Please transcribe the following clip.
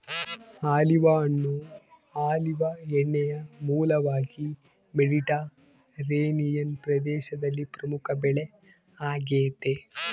olive ಹಣ್ಣು olive ಎಣ್ಣೆಯ ಮೂಲವಾಗಿ ಮೆಡಿಟರೇನಿಯನ್ ಪ್ರದೇಶದಲ್ಲಿ ಪ್ರಮುಖ ಕೃಷಿಬೆಳೆ ಆಗೆತೆ